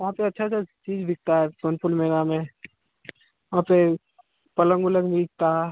वहाँ पर अच्छा अच्छा चीज़ बिकता है सोनपुर मेले में वहाँ पर पलंग उलंग भी बिकता